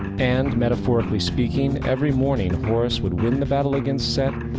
and metaphorically speaking, every morning horus would win the battle against set,